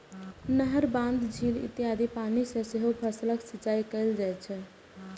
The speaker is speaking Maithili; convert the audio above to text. नहर, बांध, झील इत्यादिक पानि सं सेहो फसलक सिंचाइ कैल जाइ छै